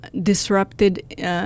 disrupted